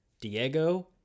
Diego